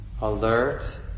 alert